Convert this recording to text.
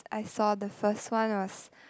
I saw the first one was